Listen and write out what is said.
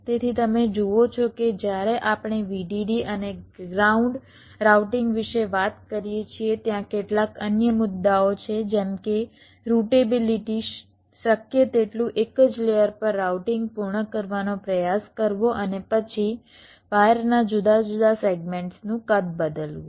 તેથી તમે જુઓ છો કે જ્યારે આપણે VDD અને ગ્રાઉન્ડ રાઉટિંગ વિશે વાત કરીએ છીએ ત્યાં કેટલાક અન્ય મુદ્દાઓ છે જેમ કે રૂટેબિલિટી શક્ય તેટલું એક જ લેયર પર રાઉટિંગ પૂર્ણ કરવાનો પ્રયાસ કરવો અને પછી વાયરના જુદા જુદા સેગમેન્ટ્સનું કદ બદલવું